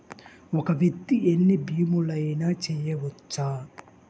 ఒక్క వ్యక్తి ఎన్ని భీమలయినా చేయవచ్చా?